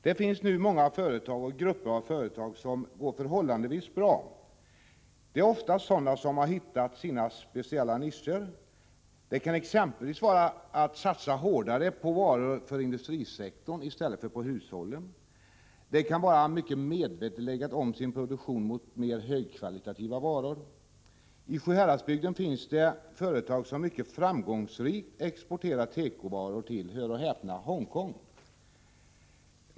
Det finns nu många företag och grupper av företag som går förhållandevis bra. Det är oftast sådana som hittat sina speciella nischer. Det kan exempelvis vara att satsa hårdare på varor för industrisektorn i stället för på hushållen, det kan vara att mycket medvetet lägga om sin produktion mot mer högkvalitativa varor. I Sjuhäradsbygden finns det företag som mycket framgångsrikt exporterar tekovaror till — hör och häpna — Hongkong.